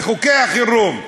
וחוקי החירום,